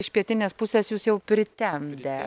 iš pietinės pusės jus jau pritemdė